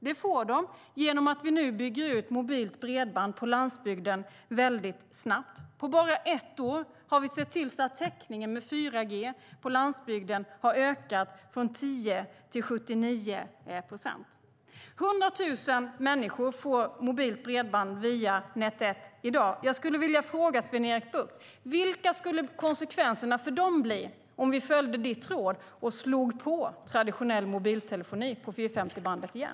Det får de genom att vi nu bygger ut mobilt bredband på landsbygden väldigt snabbt. På bara ett år har vi sett till att täckningen med 4G på landsbygden har ökat från 10 till 79 procent. Nästan 100 000 människor får mobilt bredband via Net1 i dag. Jag skulle vilja fråga Sven-Erik Bucht: Vilka skulle konsekvenserna bli för dem om vi följde ditt råd och "slog på" traditionell mobiltelefoni på 450-bandet igen?